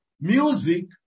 music